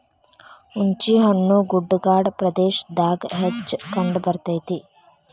ಹುಂಚಿಹಣ್ಣು ಗುಡ್ಡಗಾಡ ಪ್ರದೇಶದಾಗ ಹೆಚ್ಚ ಕಂಡಬರ್ತೈತಿ